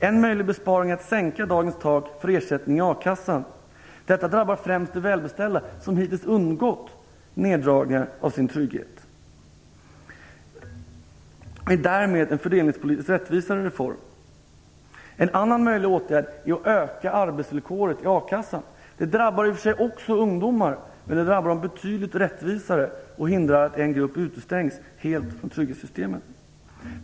En möjlig besparing är att en sänkning av dagens tak för ersättning från akassan. Detta drabbar främst de välbeställda som hittills har undgått neddragningar av sin trygghet. Därmed är detta en mer rättvis politisk reform. En annan möjlig åtgärd är att skärpa arbetsvillkoret i a-kassan. Det drabbar i och för sig också ungdomar, men det drabbar betydligt rättvisare och hindrar att en grupp helt utestängs från trygghetssystemet.